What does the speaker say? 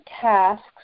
tasks